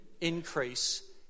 increase